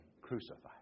crucified